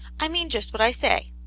i mean just what i say.